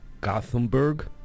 Gothenburg